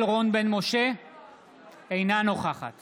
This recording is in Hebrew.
אינה נוכחת